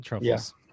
yes